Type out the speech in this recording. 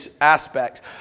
aspects